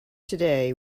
today